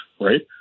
right